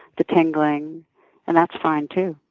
the tingling and that's fine, too.